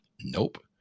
Nope